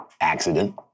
accident